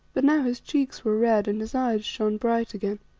but now his cheeks were red and his eyes shone bright again.